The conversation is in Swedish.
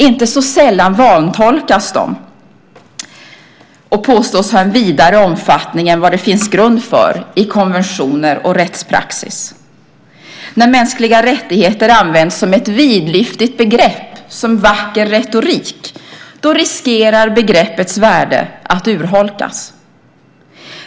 Inte så sällan vantolkas de och påstås ha en vidare omfattning än vad det finns grund för i konventioner och rättpraxis. När mänskliga rättigheter används som ett vidlyftigt begrepp, som vacker retorik, riskerar begreppets värde att urholkas.